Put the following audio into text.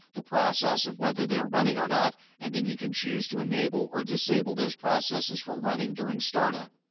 the process of whether they are running or not, and then you can choose to enable or disable those processes from running during startup.